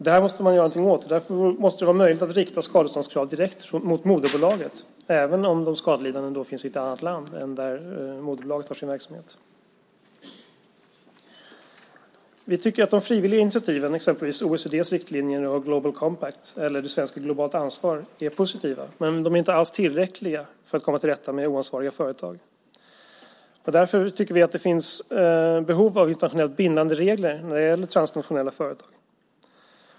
Detta måste man göra någonting åt, och därför måste det vara möjligt att rikta skadeståndskrav direkt mot moderbolaget även om de skadelidande finns i ett annat land än där moderbolaget har sin verksamhet. Vi tycker att de frivilliga initiativen, exempelvis OECD:s riktlinjer, FN:s Global Compact eller det svenska Globalt Ansvar, är positiva men inte alls tillräckliga för att komma till rätta med oansvariga företag. Därför tycker vi att det finns behov av internationellt bindande regler när det gäller transnationella företag.